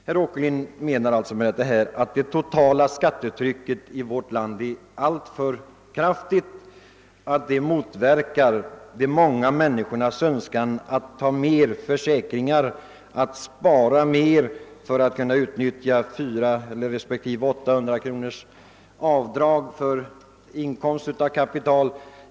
Herr Åkerlind menar att det totala skattetrycket i vårt land är alltför kraftigt och att de många människornas möjlighet att teckna mera försäkringar och att spara mer motverkas av ett bibehållande av gränserna 400 respektive 800 kronor för avdrag på inkomst av kapital.